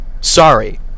sorry